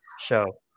show